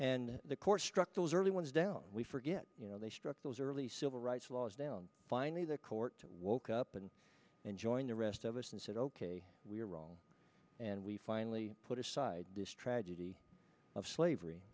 and the court struck those early ones down we forget you know they struck those early civil rights laws down finally the court woke up and and joined the rest of us and said ok we are wrong and we finally put aside this tragedy of slavery